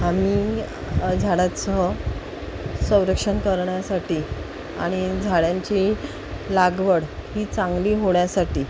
आम्ही झाडाचं संरक्षण करण्यासाठी आणि झाडांची लागवड ही चांगली होण्यासाठी